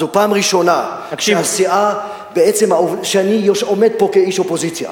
זו הפעם הראשונה בסיעה שאני עומד פה כאיש האופוזיציה.